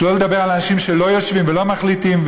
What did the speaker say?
שלא לדבר על האנשים שלא יושבים ולא מחליטים,